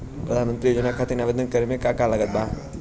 प्रधानमंत्री योजना खातिर आवेदन करे मे का का लागत बा?